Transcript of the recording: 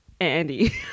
Andy